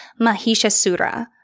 Mahishasura